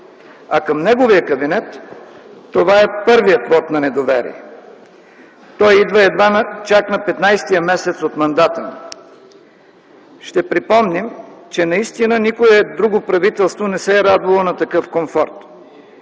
А към неговия кабинет това е първият вот на недоверие. Той идва едва на 15-ия месец от мандата. Ще припомня, че наистина никое друго правителство не се е радвало на такъв комфорт.